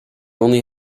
only